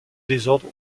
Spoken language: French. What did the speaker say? désordre